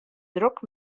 drok